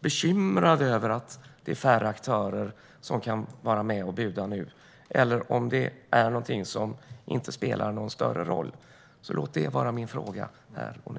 bekymrad över att det är färre aktörer som kan vara med och buda nu eller om det är någonting som inte spelar någon större roll, så låt detta vara min fråga här och nu.